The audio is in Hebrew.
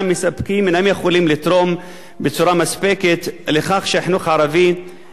אינם יכולים לתרום בצורה מספקת לכך שהחינוך הערבי ידהר